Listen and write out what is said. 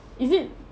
is it